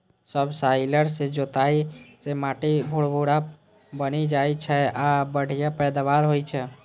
subsoiler सं जोताइ सं माटि भुरभुरा बनि जाइ छै आ बढ़िया पैदावार होइ छै